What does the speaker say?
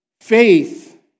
Faith